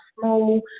small